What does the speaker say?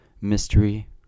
Mystery